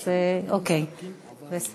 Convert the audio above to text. רגע, רצו